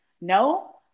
no